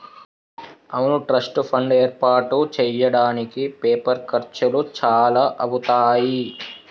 అవును trust fund ఏర్పాటు చేయడానికి పేపర్ ఖర్చులు చాలా అవుతాయి